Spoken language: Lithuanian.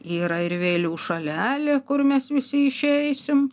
yra ir vėlių šalelė kur mes visi išeisim